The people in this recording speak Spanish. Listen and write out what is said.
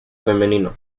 femenino